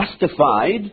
justified